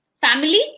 Family